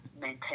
maintain